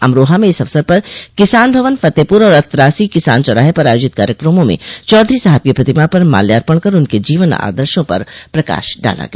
अमरोहा में इस अवसर पर किसान भवन फतेहपुर और अतरासी किसान चौराहे पर आयोजित कार्यक्रमों में चौधरी साहब की प्रतिमा पर माल्यार्पण कर उनके जीवन आदर्शो पर प्रकाश डाला गया